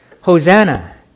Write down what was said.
Hosanna